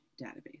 database